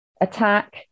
attack